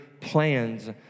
plans